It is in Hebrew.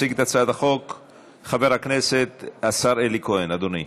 ותעבור לוועדת הפנים והגנת